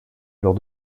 lors